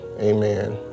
Amen